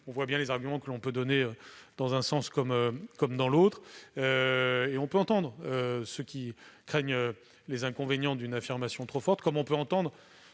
On voit bien les arguments que l'on peut donner dans un sens comme dans l'autre : j'entends ceux qui craignent les inconvénients d'une affirmation trop forte de la direction,